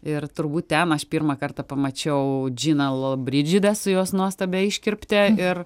ir turbūt ten aš pirmą kartą pamačiau džiną lobridžidą su jos nuostabiai iškirpte ir